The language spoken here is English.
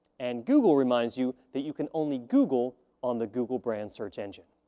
and google reminds you that you can only google on the google brand search engine.